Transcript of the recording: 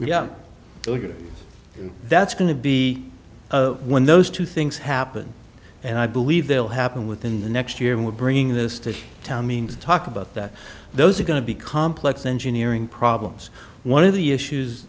yeah that's going to be when those two things happen and i believe they'll happen within the next year and we're bringing this to town means talk about that those are going to be complex engineering problems one